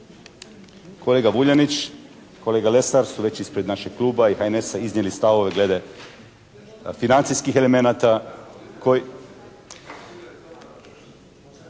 Kolega Vuljanić, kolega Lesar su već ispred našeg kluba i HNS-a iznijeli stavove glede financijskih elemenata